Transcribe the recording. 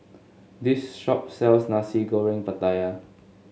this shop sells Nasi Goreng Pattaya